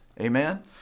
Amen